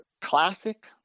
classic